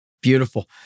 Beautiful